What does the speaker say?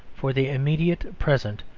for the immediate present,